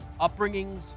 upbringings